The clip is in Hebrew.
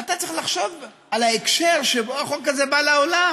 אתה צריך לחשוב על ההקשר שבו החוק הזה בא לעולם.